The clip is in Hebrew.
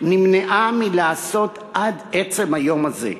נמנעה מלעשות עד עצם היום הזה.